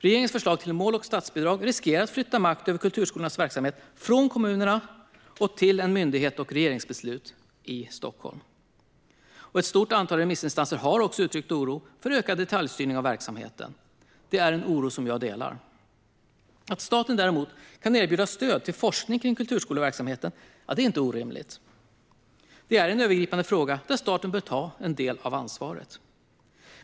Regeringens förslag till mål och statsbidrag riskerar att flytta makt över kulturskolornas verksamhet från kommunerna till en myndighet och regeringsbeslut i Stockholm. Ett stort antal remissinstanser har också uttryckt oro för ökad detaljstyrning av verksamheten. Det är en oro som jag delar. Att staten däremot kan erbjuda stöd till forskning kring kulturskoleverksamheten är inte orimligt. Det är en övergripande fråga där staten bör ta en del av ansvaret.